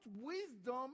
wisdom